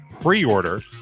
pre-order